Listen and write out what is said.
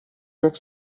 york